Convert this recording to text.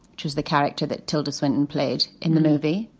which is the character that tilda swinton played in the movie,